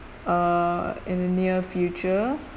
uh in the near future